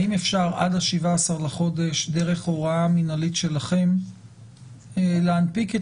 האם אפשר עד ל-17 לחודש דרך הוראה מנהלית שלכם להנפיק את